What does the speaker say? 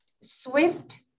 swift